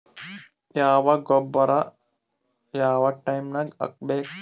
ಯಾವ ಗೊಬ್ಬರ ಯಾವ ಟೈಮ್ ನಾಗ ಹಾಕಬೇಕು?